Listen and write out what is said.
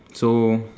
so